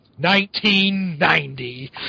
1990